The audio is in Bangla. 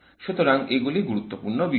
সুতরাং এগুলি গুরুত্বপূর্ণ বিষয়